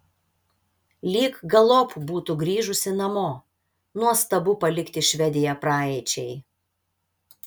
lyg galop būtų grįžusi namo nuostabu palikti švediją praeičiai